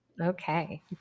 Okay